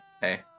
hey